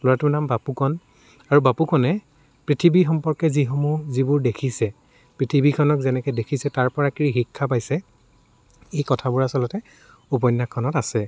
ল'ৰাটোৰ নাম বাপুকণ আৰু বাপুকণে পৃথিৱী সম্পৰ্কে যিসমূহ যিবোৰ দেখিছে পৃথিৱীখনক যেনেকৈ দেখিছে তাৰপৰা কি শিক্ষা পাইছে এই কথাবোৰ আচলতে উপন্যাসখনত আছে